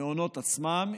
המעונות עצמם,